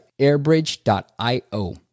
airbridge.io